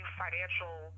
financial